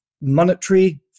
monetary